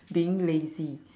being lazy